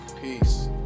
Peace